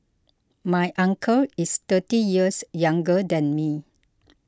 my uncle is thirty years younger than me